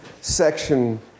section